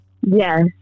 Yes